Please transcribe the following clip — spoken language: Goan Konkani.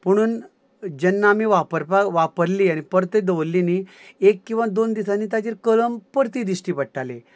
पुणून जेन्ना आमी वापरपाक वापरली आनी परती दवरली न्ही एक किंवां दोन दिसांनी ताचेर कळम परती दिश्टी पडटाली